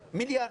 שקלים.